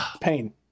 Pain